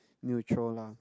neutral lah